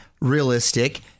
realistic